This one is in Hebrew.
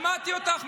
שמעתי אותך.